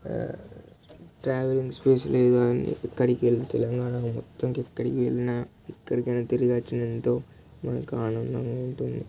travelling space లేదా అని ఎక్కడ వెళ్తే తెలంగాణలో మొత్తంకి ఎక్కడికి వెళ్ళినా ఎక్కడికైనా తిరిగొచ్చినా ఎంతో మనకి ఆనందంగా ఉంటుంది